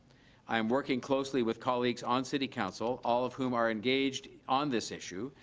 i am working closely with colleagues on city council, all of whom are engaged on this issue,